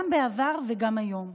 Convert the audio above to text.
גם בעבר וגם היום.